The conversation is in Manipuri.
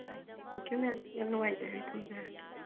ꯍꯣꯏ ꯊꯦꯡꯀꯤꯌꯨ ꯃꯦꯝ ꯌꯥꯝ ꯅꯨꯡꯉꯥꯏꯖꯔꯦ ꯊꯝꯖꯔꯒꯦ